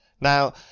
Now